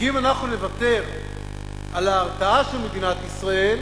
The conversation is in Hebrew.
כי אם אנחנו נוותר על ההרתעה של מדינת ישראל,